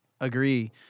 agree